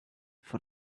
for